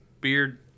beard